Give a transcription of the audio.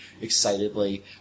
excitedly